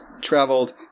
traveled